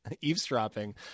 eavesdropping